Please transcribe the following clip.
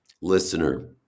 listener